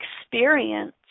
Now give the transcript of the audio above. experience